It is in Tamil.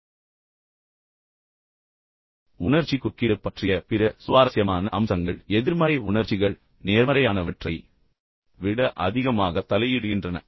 இப்போது உணர்ச்சி குறுக்கீடு பற்றிய பிற சுவாரஸ்யமான அம்சங்கள் எதிர்மறை உணர்ச்சிகள் நேர்மறையானவற்றை விட அதிகமாக தலையிடுகின்றன